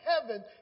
heaven